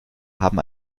haben